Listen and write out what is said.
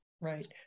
Right